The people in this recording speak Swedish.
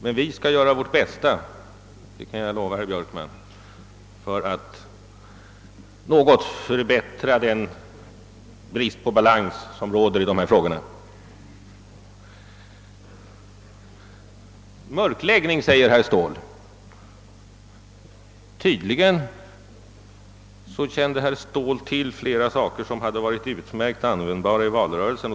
Men vi skall göra vårt bästa, det kan jag lova herr Björkman, för att något förbättra den brist på balans som råder i dessa frågor. Herr Ståhl talade om mörkläggning. Men herr Ståhl kände tydligen till flera saker som hade varit utmärkt användbara i valrörelsen.